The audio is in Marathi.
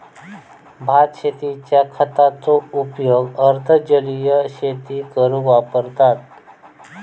भात शेतींच्या खताचो उपयोग अर्ध जलीय शेती करूक वापरतत